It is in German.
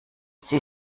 sie